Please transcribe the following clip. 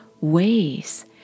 ways